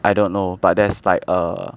I don't know but there's like a